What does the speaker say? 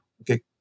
okay